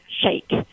shake